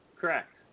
Correct